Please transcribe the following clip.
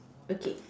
okay